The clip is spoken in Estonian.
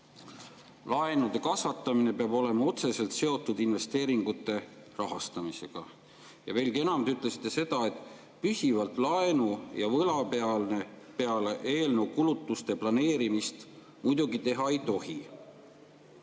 laenude kasvatamine peab olema otseselt seotud investeeringute rahastamisega, ja veelgi enam, te ütlesite ka seda, et püsivalt laenu ja võla peale eelnõu kulutusi planeerida muidugi ei tohi.